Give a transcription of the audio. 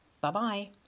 Bye-bye